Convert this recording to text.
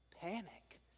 panic